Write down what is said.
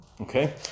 Okay